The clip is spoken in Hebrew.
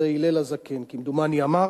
הלל הזקן, כמדומני, אמר